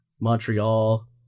Montreal